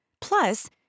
Plus